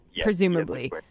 Presumably